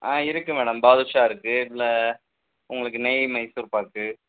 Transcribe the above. ஆ இருக்கு மேடம் பாதுஷா இருக்கு இல்லை உங்களுக்கு நெய் மைசூர்பாக்கு